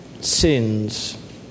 sins